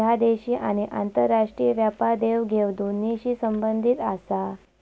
ह्या देशी आणि आंतरराष्ट्रीय व्यापार देवघेव दोन्हींशी संबंधित आसा